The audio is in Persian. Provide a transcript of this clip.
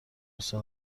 غصه